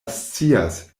scias